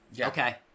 Okay